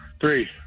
Three